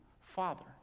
father